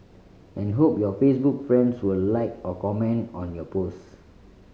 and hope your Facebook friends will like or comment on your post